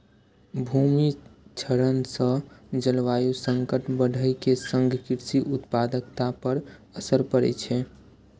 भूमि क्षरण सं जलवायु संकट बढ़ै के संग कृषि उत्पादकता पर असर पड़ै छै